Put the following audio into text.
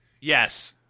Yes